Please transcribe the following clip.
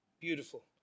Beautiful